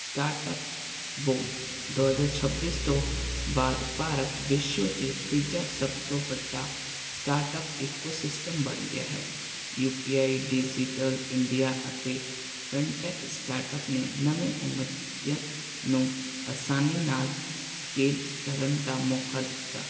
startup boom ਦੋ ਹਜ਼ਾਰ ਛੱਬੀ ਤੋਂ ਬਾਅਦ ਭਾਰਤ ਵਿਸ਼ਵ 'ਚ ਤੀਜਾ ਸਭ ਤੋਂ ਵੱਡਾ ਸਟਾਰਟਅਪ ਈਕੋਸਿਸਟਮ ਬਣ ਗਿਆ ਹੈ U P I digital India ਅਤੇ ਫੈਂਟੈਕ ਸਟਾਰਟਅਪ ਨੇ ਨਵੇਂ ਉਮਦਿਆ ਨੂੰ ਆਸਾਨੀ ਨਾਲ ਸਕੇਲ ਕਰਨ ਦਾ ਮੌਕਾ ਦਿੱਤਾ